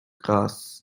grasse